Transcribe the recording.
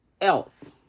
else